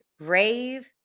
brave